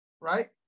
right